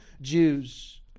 Jews